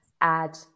add